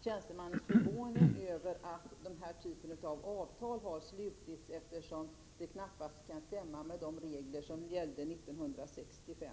tjänstemannens förvåning över att detta slags avtal har slutits, eftersom det knappast kan stämma överens med de regler som gällde 1965.